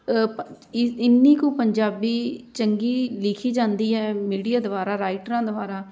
ਇੰਨੀ ਕੁ ਪੰਜਾਬੀ ਚੰਗੀ ਲਿਖੀ ਜਾਂਦੀ ਹੈ ਮੀਡੀਆ ਦੁਆਰਾ ਰਾਈਟਰਾਂ ਦੁਆਰਾ